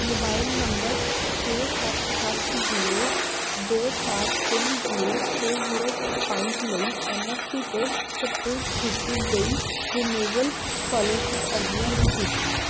mobile number ਛੇ ਸੱਤ ਸੱਤ ਜ਼ੀਰੋ ਦੋ ਚਾਰ ਤਿੰਨ ਜ਼ੀਰੋ ਛੇ ਜ਼ੀਰੋ ਪੰਜ ਲਈ ਐੱਨ ਐੱਸ ਪੀ ਤੇ ਸ ਸਪੁਰਦ ਕੀਤੀ ਗਈ ਰੀਨੁਵਲ ਸਕੋਲਰਸ਼ਿਪ ਅਰਜ਼ੀਆਂ ਦੀ ਸੂਚੀ